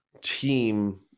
team